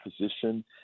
position